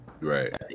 Right